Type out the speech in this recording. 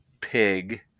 Pig